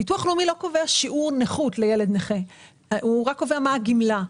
ביטוח לאומי לא קובע שיעור נכות לילד נכה אלא הוא רק קובע מה הגמלה.